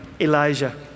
Elijah